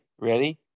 Ready